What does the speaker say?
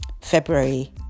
February